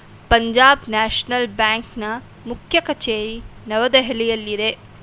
Punjab national ಬ್ಯಾಂಕ್ನ ಮುಖ್ಯ ಕಚೇರಿ ನವದೆಹಲಿಯಲ್ಲಿದೆ